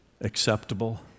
acceptable